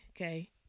okay